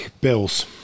Bills